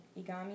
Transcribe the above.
Igami